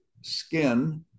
skin